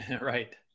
Right